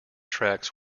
tracks